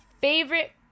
favorite